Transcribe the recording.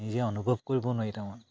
নিজে অনুভৱ কৰিব নোৱাৰি তাৰমান